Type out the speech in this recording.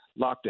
lockdown